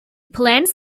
plans